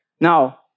Now